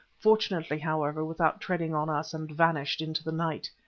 fortunately, however, without treading on us, and vanished into the night.